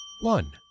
One